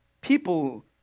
people